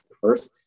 first